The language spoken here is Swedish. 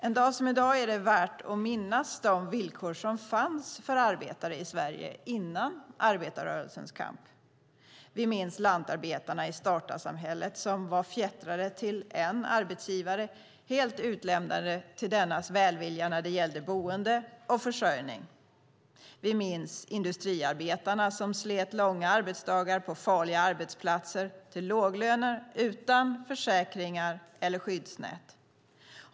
En dag som denna är det värt att minnas de villkor som före arbetarrörelsens kamp fanns för arbetare i Sverige. Vi minns lantarbetarna i statarsamhället som var fjättrade till en arbetsgivare och som var helt utlämnade till dennes välvilja när det gällde boende och försörjning. Vi minns industriarbetarna som under långa arbetsdagar slet på farliga arbetsplatser, till låga löner och utan försäkringar eller skyddsnät.